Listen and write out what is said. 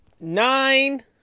Nine